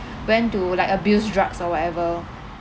went to like abuse drugs or whatever